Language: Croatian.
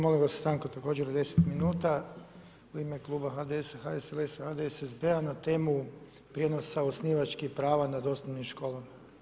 Molim vas stanku također od deset minuta u ime kluba HDS, HSLS, HDSSB-a na temu prijenosa osnivačkih prava nad osnovnim školama.